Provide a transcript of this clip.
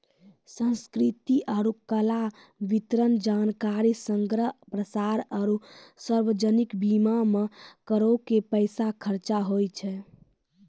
संस्कृति आरु कला, वितरण, जानकारी संग्रह, प्रसार आरु सार्वजनिक बीमा मे करो के पैसा खर्चा होय छै